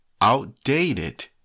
outdated